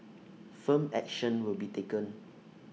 firm action will be taken